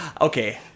okay